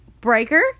Breaker